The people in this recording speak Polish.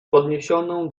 podniesioną